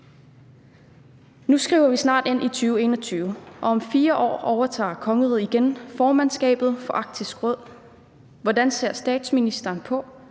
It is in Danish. Nu skriver vi snart 2021, og om 4 år overtager kongeriget igen formandskabet for Arktisk Råd. Hvordan ser statsministeren på,